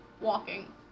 walking